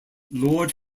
lord